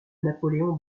napoléon